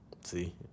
See